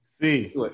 See